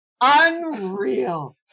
Unreal